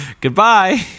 goodbye